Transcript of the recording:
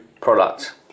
product